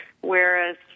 whereas